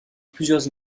plusieurs